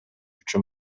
үчүн